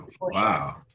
Wow